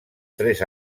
tres